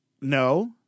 no